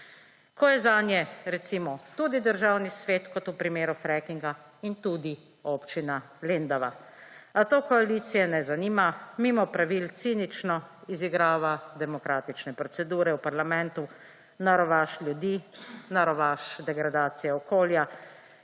Kot je zanje recimo tudi Državni svet kot v primeru frackinga in tudi Občina Lendava. A to koalicije ne zanima. Mimo pravil cinično izigrava demokratične procedure v parlamentu na rovaš ljudi, na rovaš degradacije okolja,